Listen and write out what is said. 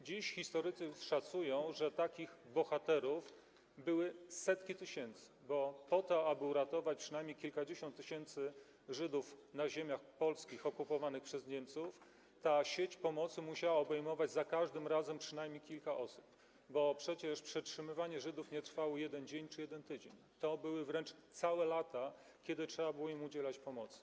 Dziś historycy szacują, że takich bohaterów były setki tysięcy, bo po to, aby uratować przynajmniej kilkadziesiąt tysięcy Żydów na ziemiach polskich okupowanych przez Niemców, ta sieć pomocy musiała obejmować w każdym poszczególnym przypadku przynajmniej kilka osób, bo przecież przetrzymywanie Żydów nie trwało jeden dzień czy jeden tydzień, to były wręcz całe lata, kiedy trzeba było im udzielać pomocy.